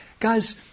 Guys